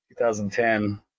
2010